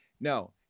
no